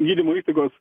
gydymo įstaigos